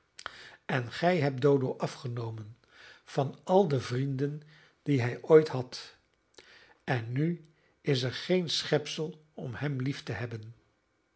en gij hebt dodo afgenomen van al de vrienden die hij ooit had en nu is er geen schepsel om hem lief te hebben